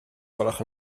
gwelwch